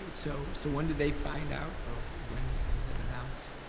so so when did they find out or when was it announced?